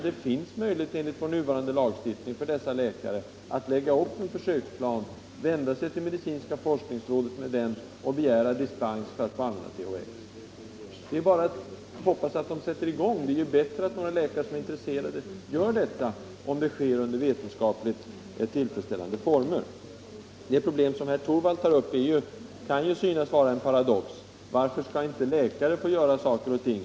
Det finns möjlighet enligt vår nuvarande lagstiftning för dessa läkare att lägga upp en försöksplan och vända sig till medicinska forskningsrådet. De kan också begära dispens för att få använda THX. Det är bara att hoppas att de sätter i gång. Det är ju bättre att några läkare som är intresserade gör detta, om det sker under vetenskapligt tillfredsställande former. Det förhållande som herr Torwald tar upp kan ju synas vara egendomligt: Varför skall inte läkare få göra vissa saker?